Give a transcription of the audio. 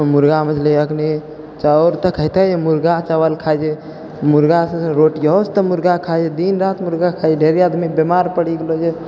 मुर्गा मछली अखनी चाउर तऽ खयतै मुर्गा चावल खाइ छै मुर्गा से रोटियो तऽ मुर्गा खाइ छै दिन राति मुर्गा खाइ ढेरी आदमी बिमार पड़ि गेलो छै